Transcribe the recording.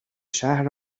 شهر